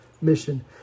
mission